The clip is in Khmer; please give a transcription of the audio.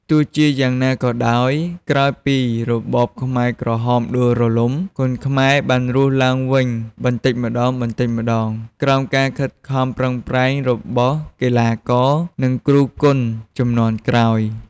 ទោះជាយ៉ាងណាក៏ដោយ ក្រោយពីរបបខ្មែរក្រហមដួលរលំ គុនខ្មែរបានរស់ឡើងវិញបន្តិចម្ដងៗ ក្រោមការខិតខំប្រឹងប្រែងរបស់កីឡាករ និងគ្រូគុនជំនាន់ក្រោយ។